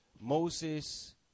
Moses